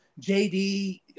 JD